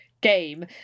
Game